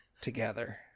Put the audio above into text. together